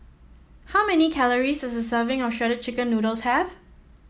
how many calories does a serving of Shredded Chicken Noodles have